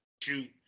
shoot